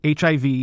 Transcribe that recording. HIV